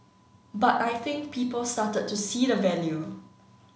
but I think people started to see the value